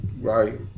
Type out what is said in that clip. right